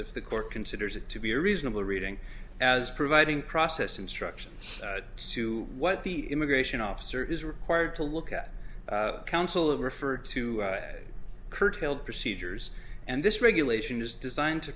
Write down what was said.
if the court considers it to be a reasonable reading as providing process instructions to what the immigration officer is required to look at counsel refer to it curtailed procedures and this regulation is designed to